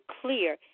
clear